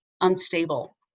unstable